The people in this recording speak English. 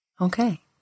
Okay